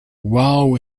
wow